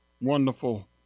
wonderful